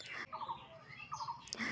फसल हमार के कटाई का नियंत्रण कपास होचे?